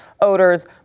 Odors